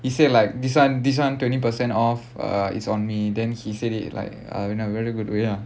he said like this [one] this [one] twenty percent off uh it's on me then he said it like uh in a very good way ah